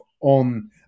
on